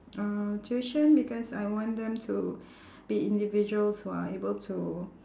uh tuition because I want them to be individuals who are able to